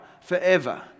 forever